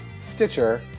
Stitcher